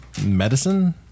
medicine